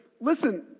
Listen